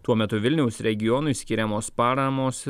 tuo metu vilniaus regionui skiriamos paramos